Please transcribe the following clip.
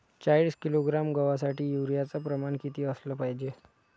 चाळीस किलोग्रॅम गवासाठी यूरिया च प्रमान किती असलं पायजे?